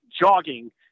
jogging